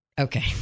Okay